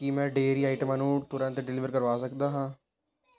ਕੀ ਮੈਂ ਡੇਅਰੀ ਆਈਟਮਾਂ ਨੂੰ ਤੁਰੰਤ ਡਿਲੀਵਰ ਕਰਵਾ ਸਕਦਾ ਹਾਂ